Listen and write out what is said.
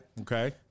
Okay